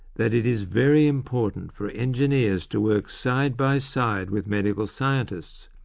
that it is very important for engineers to work side by side with medical scientists,